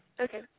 Okay